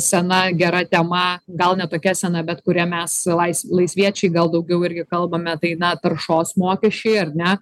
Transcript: sena gera tema gal ne tokia sena bet kurią mes lais laisviečiai gal daugiau irgi kalbame tai na taršos mokesčiai ar ne